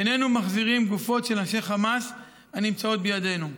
איננו מחזירים גופות של אנשי חמאס הנמצאות בידינו.